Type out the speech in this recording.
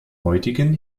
heutigen